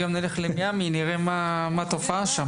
המשרדים, ביולי-אוגוסט, כשכולם יוצאים